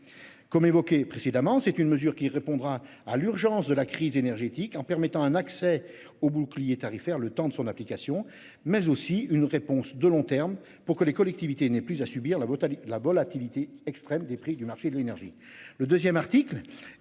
Comme évoqué précédemment. C'est une mesure qui répondra à l'urgence de la crise énergétique en permettant un accès au bouclier tarifaire, le temps de son application mais aussi une réponse de long terme pour que les collectivités n'aient plus à subir la vôtre la volatilité extrême des prix du marché de l'énergie.